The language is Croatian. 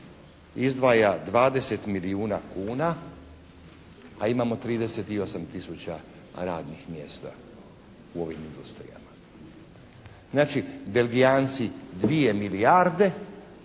izdvaja 20 milijuna kuna a imamo 38 tisuća radnih mjesta u ovim industrijama. Znači, Belgijanci 2 milijarde